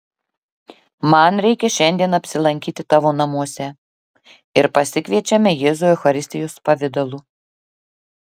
man reikia šiandien apsilankyti tavo namuose ir pasikviečiame jėzų eucharistijos pavidalu